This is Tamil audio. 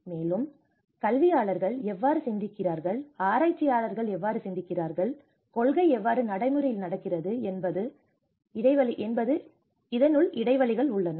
மேலும் கல்வியாளர்கள் எவ்வாறு சிந்திக்கிறார்கள் ஆராய்ச்சியாளர்கள் எவ்வாறு சிந்திக்கிறார்கள் மற்றும் கொள்கை எவ்வாறு நடைமுறையில் நடக்கிறது என்பதில் இடைவெளிகள் உள்ளன